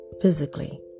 Physically